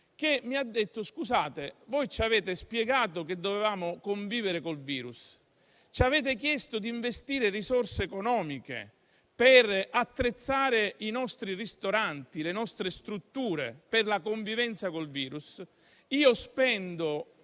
che mi ha detto: ci avevate spiegato che dovevamo convivere con il virus, che dovevamo investire risorse economiche per attrezzare i nostri ristoranti e le nostre strutture per la convivenza con il virus; io spendo